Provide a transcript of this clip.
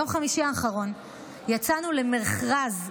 ביום חמישי האחרון יצאנו למכרז,